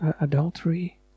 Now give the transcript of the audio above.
adultery